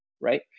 right